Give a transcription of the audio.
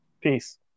Peace